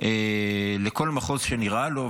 לכל מחוז שנראה לו,